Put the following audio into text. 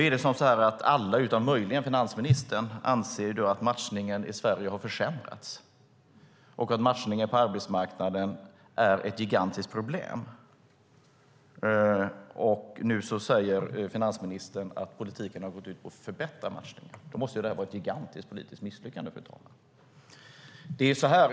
Alla utom möjligen finansministern anser att matchningen i Sverige har försämrats och att matchningen på arbetsmarknaden är ett gigantiskt problem. Nu säger finansministern att politiken har gått ut på att förbättra matchningen. Då måste detta vara ett gigantiskt politiskt misslyckande, fru talman.